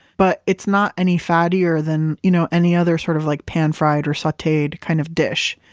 but it's not any fattier than you know any other sort of like pan fried or sauteed kind of dish.